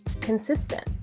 consistent